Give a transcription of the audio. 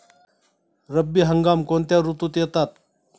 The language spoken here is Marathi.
रब्बी हंगाम कोणत्या ऋतूत येतात?